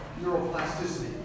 neuroplasticity